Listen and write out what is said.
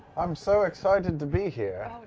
i'm so excited to be here!